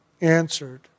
answered